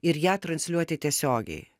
ir ją transliuoti tiesiogiai